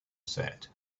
said